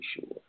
sure